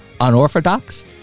Unorthodox